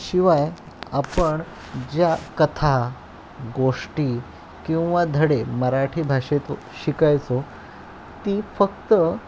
शिवाय आपण ज्या कथा गोष्टी किंवा धडे मराठी भाषेतून शिकायचो ती फक्त